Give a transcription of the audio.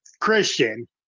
Christian